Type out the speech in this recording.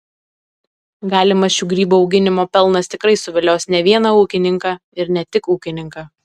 galimas šių grybų auginimo pelnas tikrai suvilios ne vieną ūkininką ir ne tik ūkininką